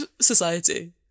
society